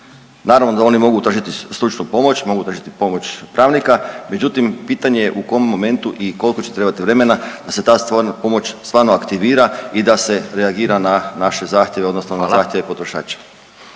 Naravno da oni mogu tražiti stručnu pomoć, mogu tražiti pomoć pravnika, međutim pitanje je u kom momentu i koliko će trebati vremena da se … pomoć stvarno aktivira i da se reagira na naše zahtjeve odnosno na zahtjeve potrošača.